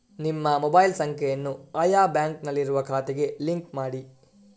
ನಿಮ್ಮ ಮೊಬೈಲ್ ಸಂಖ್ಯೆಯನ್ನು ಆಯಾ ಬ್ಯಾಂಕಿನಲ್ಲಿರುವ ಖಾತೆಗೆ ಲಿಂಕ್ ಮಾಡಿ